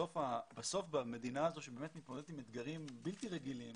בסוף במדינה הזו שבאמת מתמודדת עם אתגרים בלתי רגילים